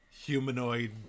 humanoid